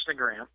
Instagram